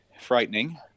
frightening